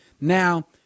Now